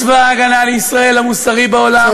צבא ההגנה לישראל המוסרי בעולם,